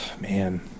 Man